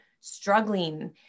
struggling